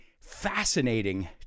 fascinating